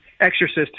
exorcist